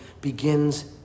begins